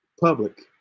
public